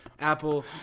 apple